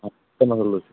ಹಾಂ